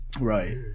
Right